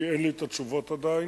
כי אין לי תשובות עדיין.